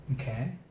Okay